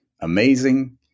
Amazing